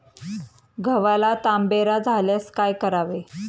गव्हाला तांबेरा झाल्यास काय करावे?